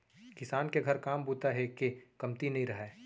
किसान के घर काम बूता हे के कमती नइ रहय